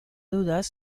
dudas